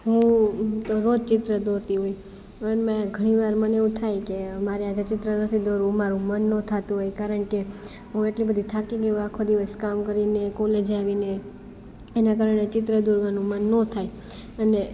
હું એમ તો રોજ ચિત્ર દોરતી હોય મનમાં એ ઘણી વાર મને એવું થાય કે મારે આજે ચિત્ર નથી દોરવું મારું મન ના થતું હોય કારણ કે હું એટલી બધી થાકી ગઈ હોઉં આખો દિવસ કામ કરીને કોલેજે આવીને એના કારણે ચિત્ર દોરવાનું મન નો થાય અને